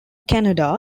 canada